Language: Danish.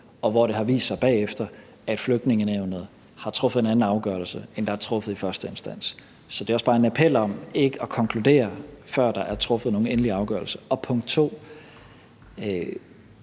og hvor det bagefter har vist sig, at Flygtningenævnet har truffet en anden afgørelse end den, der er truffet i første instans. Så det er også bare en appel om ikke at konkludere, før der er truffet nogen endelig afgørelse. Og punkt 2: